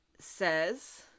says